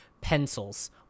pencils